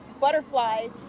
butterflies